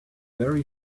very